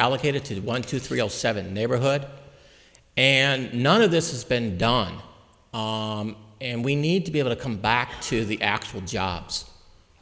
are located two one two three all seven neighborhood and none of this has been done and we need to be able to come back to the actual jobs